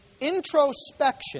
introspection